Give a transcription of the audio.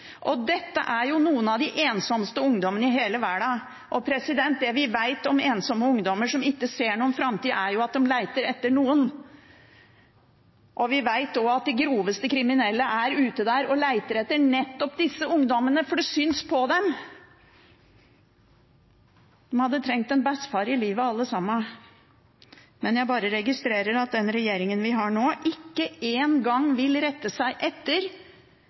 Dette er noen av de mest ensomme ungdommene i hele verden, og det vi vet om ensomme ungdommer som ikke ser noen framtid, er at de leter etter noen. Vi vet også at de groveste kriminelle er ute og leter etter nettopp disse ungdommene, for det synes på dem. De hadde trengt «en bessfar i livet», alle sammen. Jeg registrerer at den regjeringen vi har nå, ikke engang vil rette seg etter